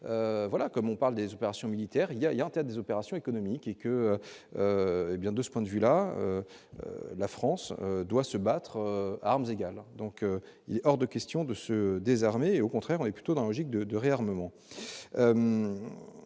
voilà comme on parle des opérations militaires, il y a, il y a peut-être des opérations économiques et que c'est bien de ce point de vue-là, la France doit se battre armes égales, donc il est hors de question de se désarmer, au contraire, on est plutôt dans logique de de réarmement